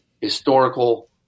historical